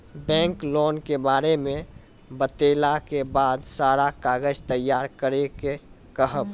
Bank loan के बारे मे बतेला के बाद सारा कागज तैयार करे के कहब?